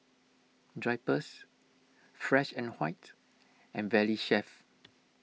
Drypers Fresh and White and Valley Chef